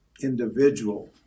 individual